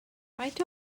faint